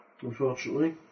Unfortunately